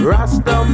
Rasta